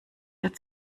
der